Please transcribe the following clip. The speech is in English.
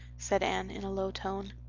said anne, in a low tone.